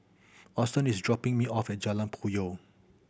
Auston is dropping me off at Jalan Puyoh